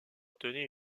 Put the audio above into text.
tenait